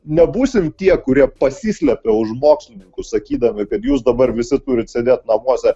nebūsim tie kurie pasislepia už mokslininkų sakydami kad jūs dabar visi turit sėdėt namuose